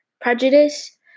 prejudice